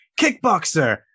Kickboxer